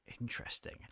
interesting